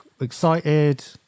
excited